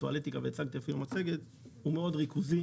הטואלטיקה ואפילו הצגת מצגת הוא מאוד ריכוזי.